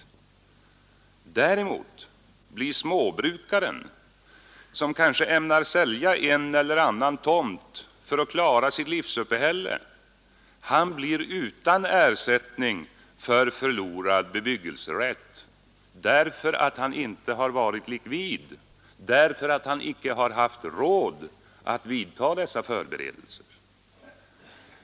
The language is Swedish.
Däremot blir småbrukaren, som kanske ämnar sälja en eller annan tomt för att klara sitt livsuppehälle, utan ersättning för förlorad bebyggelserätt, därför att han inte varit likvid och därför att han inte haft råd att vidta dessa förberedelser.